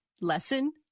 Lesson